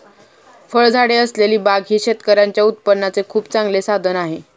फळझाडे असलेली बाग ही शेतकऱ्यांच्या उत्पन्नाचे खूप चांगले साधन आहे